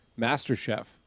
MasterChef